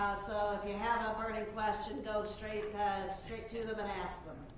so if you have a burning question, go straight straight to them and ask them.